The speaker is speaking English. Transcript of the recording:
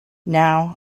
now